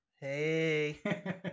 Hey